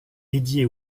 dédiée